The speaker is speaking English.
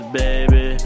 baby